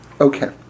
Okay